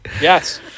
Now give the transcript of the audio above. Yes